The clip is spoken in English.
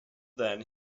then